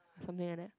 something like that